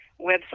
website